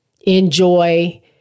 enjoy